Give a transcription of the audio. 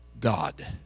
God